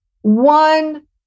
One